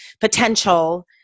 potential